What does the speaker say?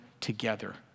together